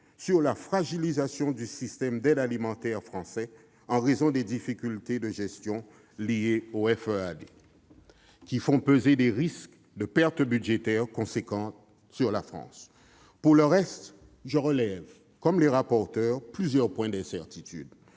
sur la fragilisation du système d'aide alimentaire français en raison des difficultés de gestion liées au FEAD, qui font peser des risques de pertes budgétaires importantes sur la France. Pour le reste, je relève, comme les rapporteurs, plusieurs points d'incertitude